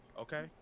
okay